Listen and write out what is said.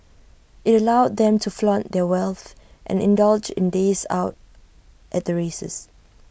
IT allowed them to flaunt their wealth and indulge in days out at the races